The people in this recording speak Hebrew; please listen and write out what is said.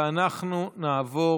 ואנחנו נעבור